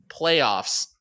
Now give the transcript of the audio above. playoffs